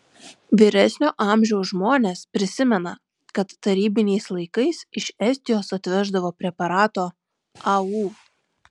vyresnio amžiaus žmonės prisimena kad tarybiniais laikais iš estijos atveždavo preparato au